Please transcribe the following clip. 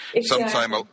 sometime